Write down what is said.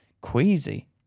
queasy